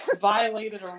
violated